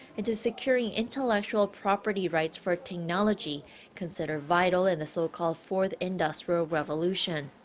into securing intellectual property rights for technology considered vital in the so-called fourth industrial revolution.